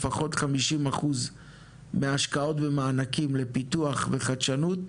לפחות 50% מההשקעות ומענקים לפיתוח וחדשנות,